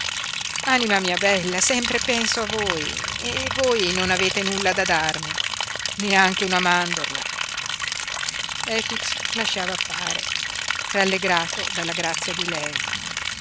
anima mia bella sempre penso a voi e voi non avete nulla da darmi neanche una mandorla efix lasciava fare rallegrato dalla grazia di lei